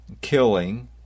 killing